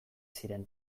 ziren